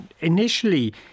Initially